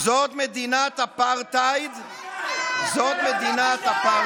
זאת מדינת אפרטהייד, אתה בוגד.